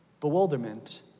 bewilderment